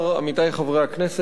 עמיתי חברי הכנסת,